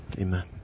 Amen